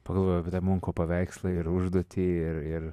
pagalvojau apie tą munko paveikslą ir užduotį ir ir